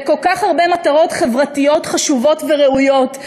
לכל כך הרבה מטרות חברתיות חשובות וראויות.